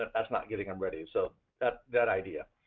and that's not getting them ready, so that that idea.